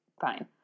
fine